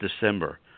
December